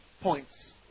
points